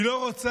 היא לא רוצה.